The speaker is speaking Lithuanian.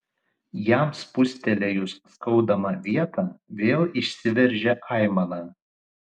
jam spustelėjus skaudamą vietą vėl išsiveržė aimana